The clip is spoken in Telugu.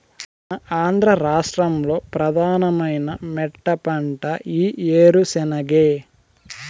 మన ఆంధ్ర రాష్ట్రంలో ప్రధానమైన మెట్టపంట ఈ ఏరుశెనగే